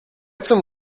zum